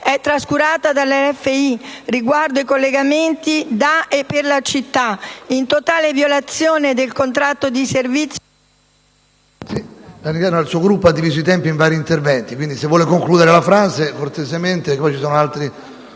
italiana (RFI) riguardo i collegamenti da e per la città, in totale violazione del contratto di servizio.